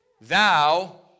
Thou